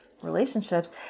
relationships